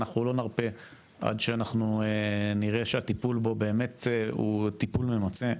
אנחנו לא נרפה עד שאנחנו נראה שהטיפול בו הוא באמת טיפול ממצה.